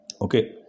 Okay